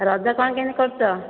ରଜ କ'ଣ କେମିତି କରୁଛ